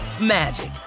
magic